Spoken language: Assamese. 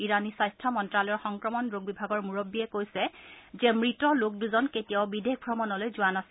ইৰাণী স্বাস্থ্য মন্ত্ৰালয়ৰ সংক্ৰমণ ৰোগ বিভাগৰ মূৰববীয়ে কৈছে যে মৃত লোক দুজন কেতিয়াও বিদেশ ভ্ৰমণলৈ যোৱা নাছিল